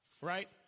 right